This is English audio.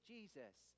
Jesus